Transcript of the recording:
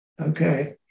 okay